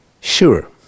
sure